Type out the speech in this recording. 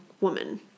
woman